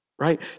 Right